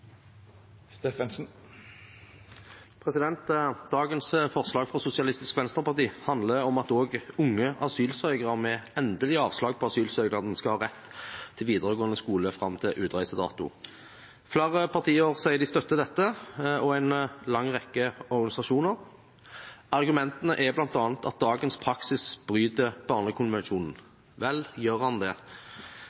Dagens forslag fra Sosialistisk Venstreparti handler om at også unge asylsøkere med endelig avslag på asylsøknaden skal ha rett til videregående skole fram til utreisedato. Flere partier og en lang rekke organisasjoner sier de støtter dette. Argumentene er bl.a. at dagens praksis bryter barnekonvensjonen.